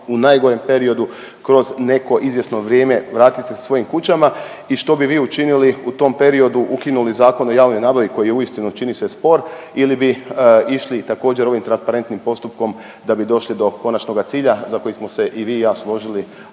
u najgorem periodu kroz neko izvjesno vrijeme vratit se svojim kućama i što bi vi učinili u tom periodu, ukinuli Zakon o javnoj nabavi koji je uistinu čini se spor ili bi išli također ovim transparentnim postupkom da bi došli do konačnoga cilja za koji smo se i vi i ja složili, a to